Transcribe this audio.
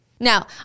Now